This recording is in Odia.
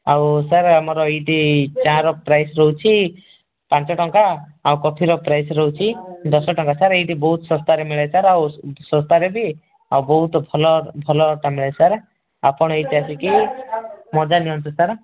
ଆଉ ସାର୍ ଆମର ଏଇଟି ଚା'ର ପ୍ରାଇସ୍ ରହୁଛି ପାଞ୍ଚଟଙ୍କା ଆଉ କଫିର ପ୍ରାଇସ୍ ରହୁଛି ଦଶଟଙ୍କା ସାର୍ ଏଇଟି ବହୁତ ଶସ୍ତାରେ ମିଳେ ସାର୍ ଆଉ ଶସ୍ତାରେ ବି ଆଉ ବହୁତ ଭଲ ଭଲଟା ମିଳେ ସାର୍ ଆପଣ ଏଇଠି ଆସିକି ମଜା ନିଅନ୍ତୁ ସାର୍